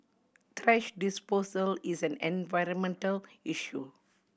thrash disposal is an environmental issue